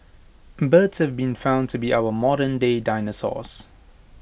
birds have been found to be our modernday dinosaurs